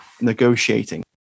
negotiating